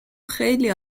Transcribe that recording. خیلی